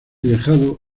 dejado